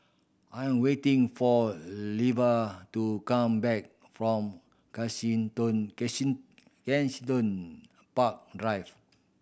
I am waiting for Lavar to come back from Kensington Park Drive